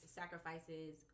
sacrifices